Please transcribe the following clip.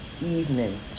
evening